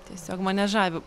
tiesiog mane žavi